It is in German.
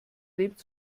lebt